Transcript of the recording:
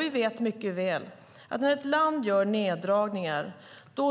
Vi vet mycket väl att när ett land gör neddragningar